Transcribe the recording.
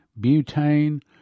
butane